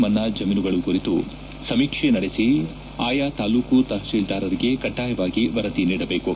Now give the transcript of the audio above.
ಮನ್ನಾ ಜಮೀನುಗಳು ಕುರಿತು ಸಮೀಕ್ಷೆ ನಡೆಸಿ ಆಯಾ ತಾಲೂಕು ತಪತಿಲ್ದಾರರಿಗೆ ಕಡ್ಡಾಯವಾಗಿ ವರದಿ ನೀಡಬೇಕು